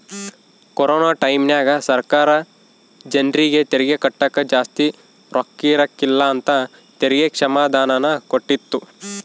corona ಟೈಮ್ಯಾಗ ಸರ್ಕಾರ ಜರ್ನಿಗೆ ತೆರಿಗೆ ಕಟ್ಟಕ ಜಾಸ್ತಿ ರೊಕ್ಕಿರಕಿಲ್ಲ ಅಂತ ತೆರಿಗೆ ಕ್ಷಮಾದಾನನ ಕೊಟ್ಟಿತ್ತು